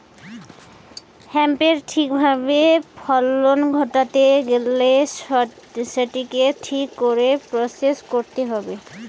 হেম্পের ঠিক ভাবে ফলন ঘটাইতে গেইলে সেটিকে ঠিক করে প্রসেস কইরতে হবে